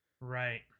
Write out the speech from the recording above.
Right